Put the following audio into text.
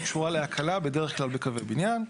היא קשורה להקלה בדרך כלל בקווי בניין.